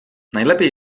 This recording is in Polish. najlepiej